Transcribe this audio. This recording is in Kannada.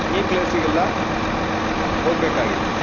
ಈ ಪ್ಲೇಸಿಗೆಲ್ಲ ಹೋಗಬೇಕಾಗಿತ್ತು